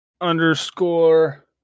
underscore